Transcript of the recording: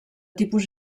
tipus